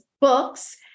books